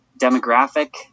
demographic